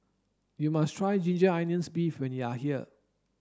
you must try ginger onions beef when you are here